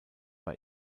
bei